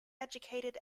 educated